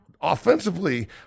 offensively